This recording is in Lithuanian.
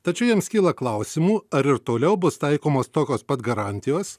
tačiau jiems kyla klausimų ar ir toliau bus taikomos tokios pat garantijos